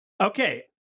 okay